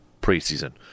preseason